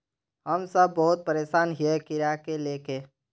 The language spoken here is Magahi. हम सब बहुत परेशान हिये कीड़ा के ले के?